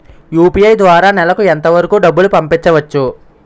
UPI ద్వారా నెలకు ఎంత వరకూ డబ్బులు పంపించవచ్చు?